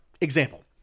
Example